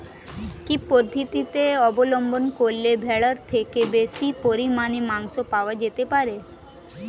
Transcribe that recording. কি পদ্ধতিতে অবলম্বন করলে ভেড়ার থেকে বেশি পরিমাণে মাংস পাওয়া যেতে পারে?